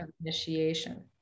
initiation